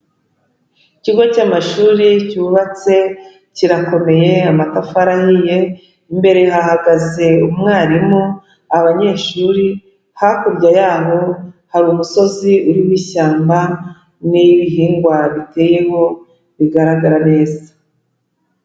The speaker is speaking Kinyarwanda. Ikigo cy'amashuri cyubatse kirakomeye; amatafari ahiye, imbere hahagaze umwarimu, abanyeshuri, hakurya yaho hari umusozi uririmo ishyamba n'ibihingwa biteyeho bigaragara neza.